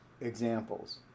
examples